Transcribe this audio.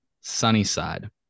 Sunnyside